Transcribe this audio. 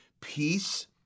peace